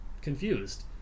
confused